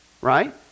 right